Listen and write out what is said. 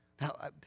Now